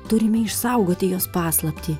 turime išsaugoti jos paslaptį